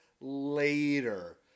later